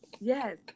Yes